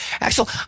Axel